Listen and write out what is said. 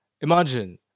Imagine